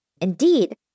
Indeed